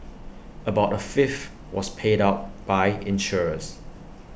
about A fifth was paid out by insurers